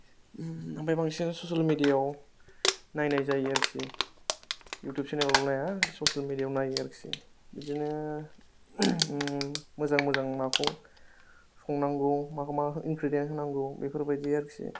ओमफ्राय बांसिनानो ससियेल मिडियायाव नायनाय जायो आरोखि युटुब सेनेलाव नाया ससियेल मिडियायाव नायो आरोखि बिदिनो ओम मोजां मोजां माबाखौ संनांगौ माखौ मा इनग्रेदियेन्त होनांगौ बेफोरबायदि आरोखि